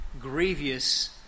grievous